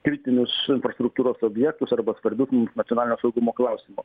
kritinius infrastruktūros objektus arba svarbius mums nacionalinio saugumo klausimu